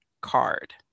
card